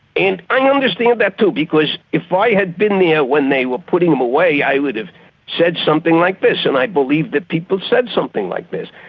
and i understand that too, because if i had been there ah when they were putting him away, i would have said something like this, and i believe that people said something like this,